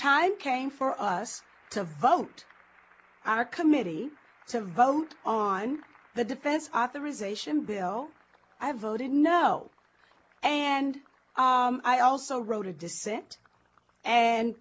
time came for us to vote our committee to vote on the defense authorization bill i voted no and i also wrote a dissent and